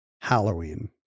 Halloween